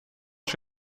ska